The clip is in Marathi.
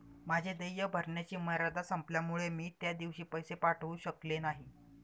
माझे देय भरण्याची मर्यादा संपल्यामुळे मी त्या दिवशी पैसे पाठवू शकले नाही